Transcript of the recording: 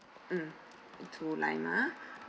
mm two lime ah